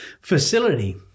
facility